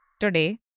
Today